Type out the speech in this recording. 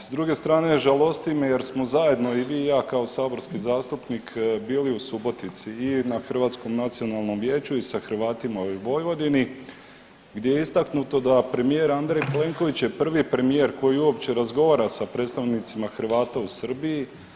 S druge strane žalosti me jer smo zajedno i vi i ja kao saborski zastupnik bili u Subotici i na Hrvatskom nacionalnom vijeću i sa Hrvatima u Vojvodini gdje je istaknuto da premijer Andrej Plenković je prvi premijer koji uopće razgovara sa predstavnicima Hrvata u Srbiji.